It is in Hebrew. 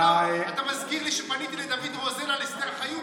אתה מזכיר לי שפניתי לדוד רוזן על אסתר חיות,